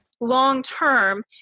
long-term